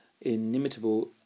inimitable